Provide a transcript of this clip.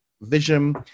Vision